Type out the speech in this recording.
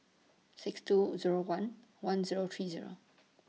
six two Zero one one Zero three Zero